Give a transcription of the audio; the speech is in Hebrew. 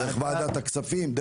דרך ועדת הכספים,